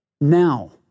Now